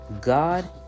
God